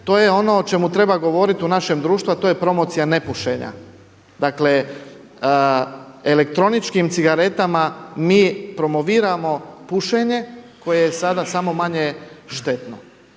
to je ono o čemu treba govoriti u našem društvu, a to je promocija nepušenja. Dakle, elektroničkim cigaretama mi promoviramo pušenje koje je sada samo manje štetno.